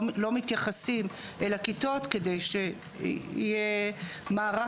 לא מתייחסים אל הכיתות כדי שיהיה מערך